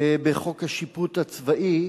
בחוק השיפוט הצבאי,